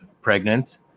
pregnant